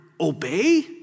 obey